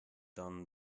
done